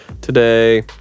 today